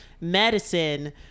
medicine